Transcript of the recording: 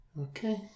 okay